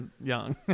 young